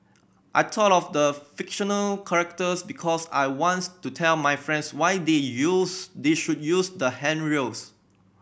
I talk of the fictional characters because I wants to tell my friends why they use they should use the handrails